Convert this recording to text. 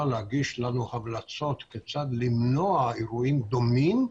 להגיש לנו המלצות כיצד למנוע אירועים דומים,